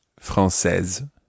française